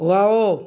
wow